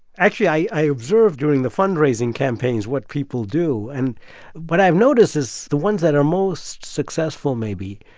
actually, i observed during the fundraising campaigns what people do. and what i've noticed is the ones that are most successful, maybe,